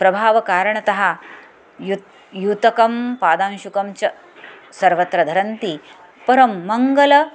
प्रभावकारणतः युत् युतकं पादांशुकं च सर्वत्र धरन्ति परं मङ्गलम्